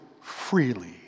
freely